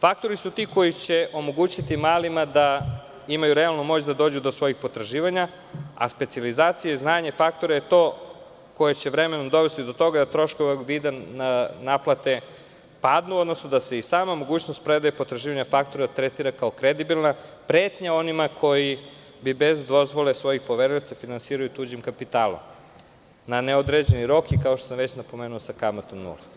Faktori su ti koji će omogućiti malima da imaju realnu moć da dođu do svojih potraživanja, a specijalizacija i znanje faktora je to koje će vremenom dovesti do toga da troškove naplate padno, odnosno da se i sama mogućnost predaje potraživanja faktora tretira kao kredibilna pretnja onima koji bi bez dozvole svojih poverilaca finansirali tuđim kapitalom na neodređeni rok i sa kamatom nula.